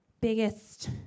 biggest